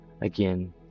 Again